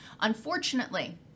unfortunately